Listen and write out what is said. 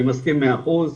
אני מסכים מאה אחוז,